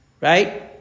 Right